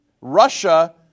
Russia